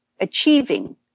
achieving